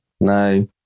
no